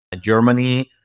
Germany